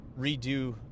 redo